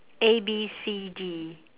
A B C D